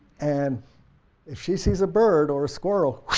and if she sees a bird or a squirrel,